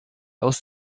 aus